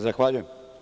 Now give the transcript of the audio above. Zahvaljujem.